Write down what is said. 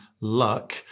luck